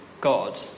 God